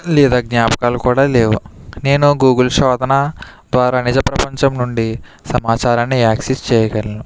లేదా జ్ఞాపకాలు కూడా లేవు నేను గూగుల్ శోధన ద్వారా నిజ ప్రపంచం నుండి సమాచారాన్ని యాక్సెస్ చేయగలను